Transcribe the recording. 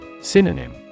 Synonym